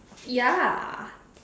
ya